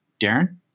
Darren